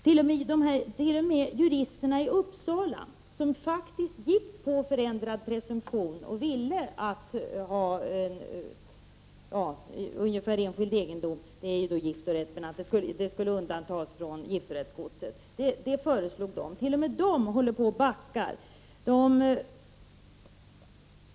T.o.m. juristerna vid juridiska fakultetsnämnden i Uppsala, som faktiskt var för förändrad presumtion och som föreslagit att privat pensionsförsäkring skulle behandlas som enskild egendom och skulle undantas från giftorättsgodset, backar nu.